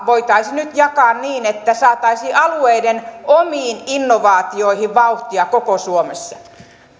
voitaisi nyt jakaa niin että saataisiin alueiden omiin innovaatioihin vauhtia koko suomessa